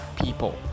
people